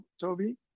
Toby